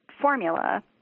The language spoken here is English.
formula